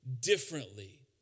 differently